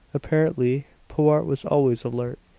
apparently powart was always alert,